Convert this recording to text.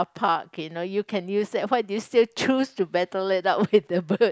park you know you can use that why do you still choose to battle it out with the bird